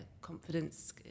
confidence